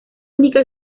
única